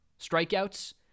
strikeouts